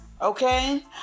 Okay